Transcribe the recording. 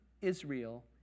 Israel